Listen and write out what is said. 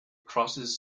crosses